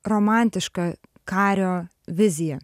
romantiška kario vizija